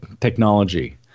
Technology